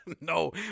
No